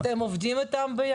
אתם עובדים ביחד איתם?